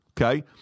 okay